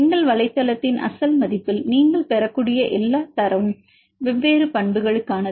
எங்கள் வலைத்தளத்தின் அசல் மதிப்பில் நீங்கள் பெறக்கூடிய எல்லா தரவும் வெவ்வேறு பண்புகளுக்கானது